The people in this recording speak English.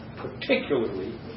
particularly